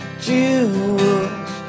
jewels